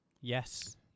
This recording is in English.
Yes